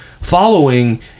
following